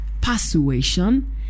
persuasion